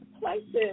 places